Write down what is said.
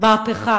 היום מהפכה